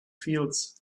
fields